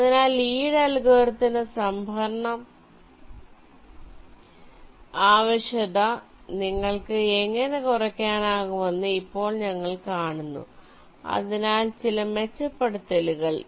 അതിനാൽ ലീയുടെ അൽഗോരിതത്തിന്റെ സംഭരണ ആവശ്യകത നിങ്ങൾക്ക് എങ്ങനെ കുറയ്ക്കാനാകുമെന്ന് ഇപ്പോൾ ഞങ്ങൾ കാണുന്നു അതിനാൽ ചില മെച്ചപ്പെടുത്തലുകൾ